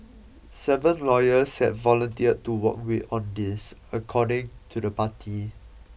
seven lawyers have volunteered to work with on this according to the party